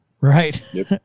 right